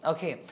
Okay